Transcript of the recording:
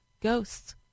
ghosts